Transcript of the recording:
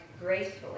gracefully